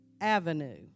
avenue